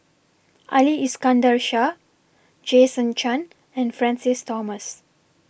Ali Iskandar Shah Jason Chan and Francis Thomas